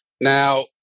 Now